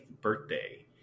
birthday